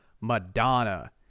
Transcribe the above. Madonna